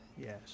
Yes